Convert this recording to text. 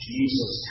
Jesus